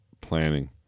planning